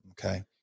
Okay